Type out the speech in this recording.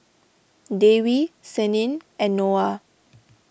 Dewi Senin and Noah